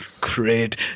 Great